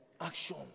action